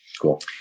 Cool